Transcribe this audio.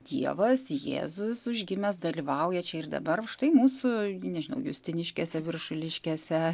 dievas jėzus užgimęs dalyvauja čia ir dabar štai mūsų nežinau justiniškėse viršuliškėse